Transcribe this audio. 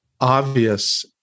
obvious